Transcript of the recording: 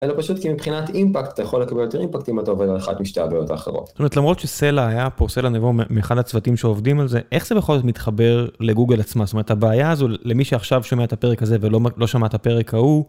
זה פשוט כי מבחינת אימפקט אתה יכול לקבל יותר אימפקטים מהטוב אלא אחת משתי הבעיות האחרות. זאת אומרת למרות שסלע היה פה סלע נבו מאחד הצוותים שעובדים על זה איך זה בכל זאת מתחבר לגוגל עצמה זאת אומרת הבעיה הזו למי שעכשיו שומע את הפרק הזה ולא שמע את הפרק ההוא